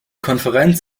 konferenz